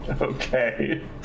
Okay